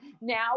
Now